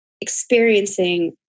experiencing